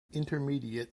intermediate